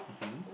mmhmm